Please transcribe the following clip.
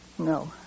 No